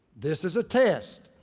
this is a test.